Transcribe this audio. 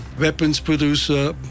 weapons-producer